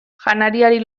janariari